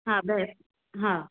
हा बैफ हा